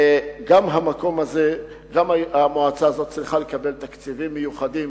גם המועצה הזאת צריכה לקבל תקציבים מיוחדים